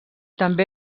també